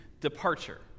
departure